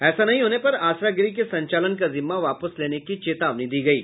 ऐसा नहीं होने पर आसरा गृह के संचालन का जिम्मा वापस लेने की चेतावनी दी गयी